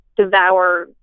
devour